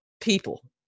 people